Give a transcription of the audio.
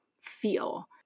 feel